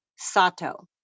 sato